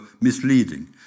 misleading